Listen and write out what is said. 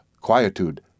quietude